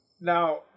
Now